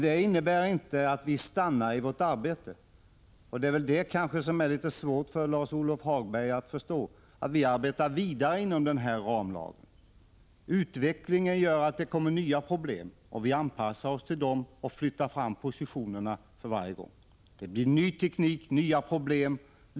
Detta innebär inte att vårt arbete avstannar, men det är kanske svårt för Lars-Ove Hagberg att förstå att vi arbetar vidare inom ramlagens område. Utvecklingen med bl.a. ny teknik medför nya problem, och vi anpassar oss till dem och flyttar fram positionerna för varje gång.